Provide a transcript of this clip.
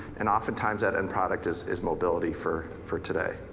and often times that end product is is mobility for for today.